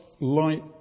light